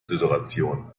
situation